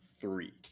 three